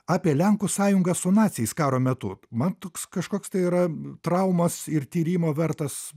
apie lenkų sąjungą su naciais karo metu man toks kažkoks tai yra traumos ir tyrimo vertas